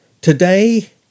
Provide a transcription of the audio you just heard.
Today